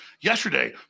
yesterday